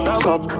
stop